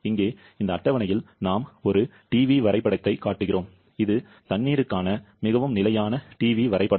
இங்கே இந்த அட்டவணையில் நாம் ஒரு Tv வரைபடத்தைக் காட்டுகிறோம் இது தண்ணீருக்கான மிகவும் நிலையான Tv வரைபடம்